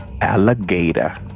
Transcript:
alligator